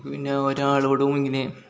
നമുക്ക് പിന്നെ ഒരാളോട് ഇങ്ങനെ